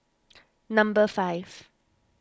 number five